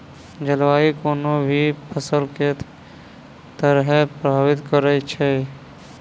जलवायु कोनो भी फसल केँ के तरहे प्रभावित करै छै?